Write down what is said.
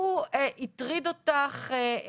והוא הטריד אותך,